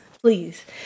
please